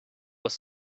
was